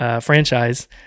franchise